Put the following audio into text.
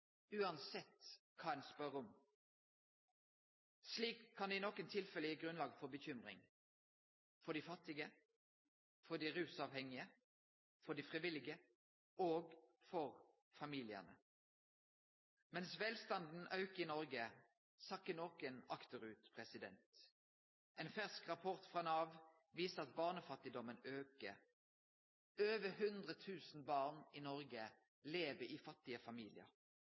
uansett kva ein spør om. Slikt kan i nokre tilfelle gi grunnlag for bekymring – for dei fattige, for dei rusavhengige, for dei frivillige og for familiane. Mens velstanden aukar i Noreg, sakkar nokre akterut. Ein fersk rapport frå Nav viser at barnefattigdommen aukar. Over 100 000 barn i Noreg lever i fattige familiar.